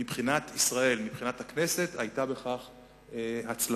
מבחינת ישראל, מבחינת הכנסת, היתה בכך הצלחה.